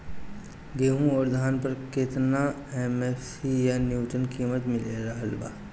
गेहूं अउर धान पर केतना एम.एफ.सी या न्यूनतम कीमत मिल रहल बा?